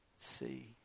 see